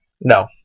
No